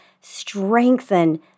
strengthen